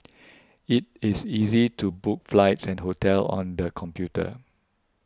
it is easy to book flights and hotels on the computer